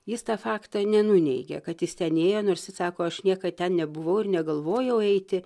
jis tą faktą nenuneigia kad jis ten ėjo nors jis sako aš niekad ten nebuvau ir negalvojau eiti